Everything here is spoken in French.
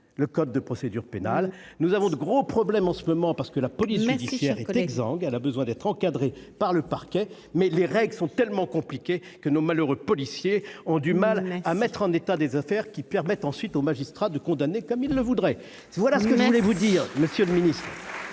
le code de procédure pénale, nous avons de gros problèmes en ce moment parce que la police judiciaire est exsangue, elle a besoin d'être encadré par le parquet mais les règles sont tellement compliqués que nos malheureux policiers ont du mal à mettre en état des affaires qui permet ensuite aux magistrats de condamner comme il le voudrait, voilà ce que je voulais vous dire Monsieur le Ministre.